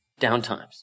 downtimes